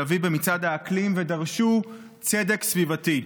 אביב למצעד האקלים ודרשו צדק סביבתי.